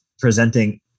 presenting